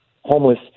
homeless